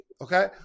Okay